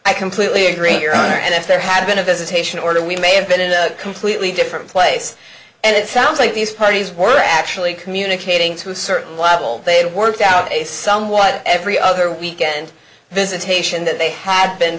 i completely agree your honor and if there had been a visitation order we may have been in a completely different place and it sounds like these parties were actually communicating to a certain level they worked out a somewhat every other weekend visitation that they have been